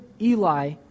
Eli